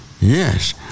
Yes